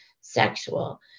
sexual